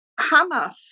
Hamas